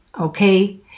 Okay